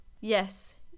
Yes